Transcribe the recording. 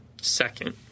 Second